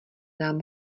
nám